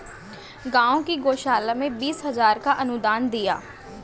गांव की गौशाला में बीस हजार का अनुदान दिया